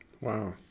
Wow